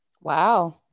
Wow